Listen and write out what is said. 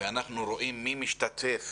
ואנחנו רואים מי משתתף